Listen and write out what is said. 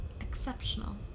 exceptional